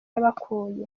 yabakuye